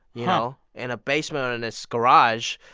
you know, in a basement or in his garage,